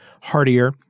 Heartier